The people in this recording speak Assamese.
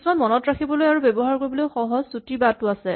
কিছুমান মনত ৰাখিবলৈ আৰু ব্যৱহাৰ কৰিবলৈ সহজ চুটি বাট আছে